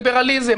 ליברליזם,